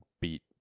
beat